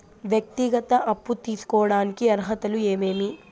వ్యక్తిగత అప్పు తీసుకోడానికి అర్హతలు ఏమేమి